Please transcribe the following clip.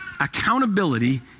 accountability